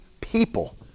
people